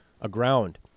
aground